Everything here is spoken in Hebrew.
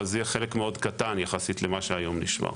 זה חלק מאוד קטן יחסית למה שהיום נשמר.